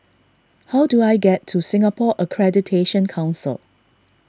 how do I get to Singapore Accreditation Council